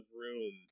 room